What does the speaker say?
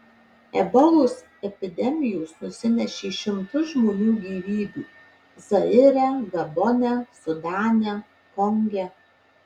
ebolos epidemijos nusinešė šimtus žmonių gyvybių zaire gabone sudane konge